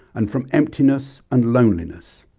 and from emptiness and loneliness.